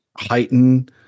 heighten